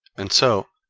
and so,